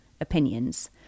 opinions